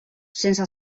sense